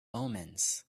omens